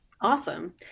Awesome